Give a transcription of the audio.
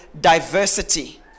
diversity